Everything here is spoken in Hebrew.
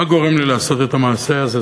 מה גורם לי לעשות את המעשה הזה?